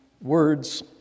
words